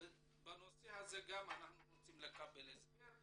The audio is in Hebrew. גם בנושא הזה אנחנו רוצים לקבל הסבר.